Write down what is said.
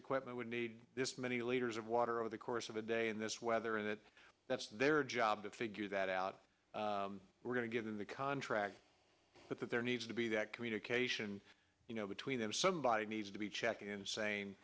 equipment would need this many liters of water over the course of a day in this weather and that that's their job to figure that out we're going to give them the contract but that there needs to be that communication between them somebody needs to be checked in sa